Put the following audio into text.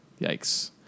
Yikes